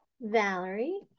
Valerie